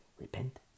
repent